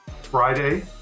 Friday